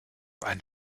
einen